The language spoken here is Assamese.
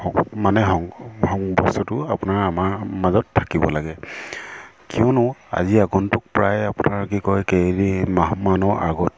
মানে সং বস্তুটো আপোনাৰ আমাৰ মাজত থাকিব লাগে কিয়নো আজি আগন্তুক প্ৰায় আপোনাৰ কি কয় কেইমাহমানৰ আগত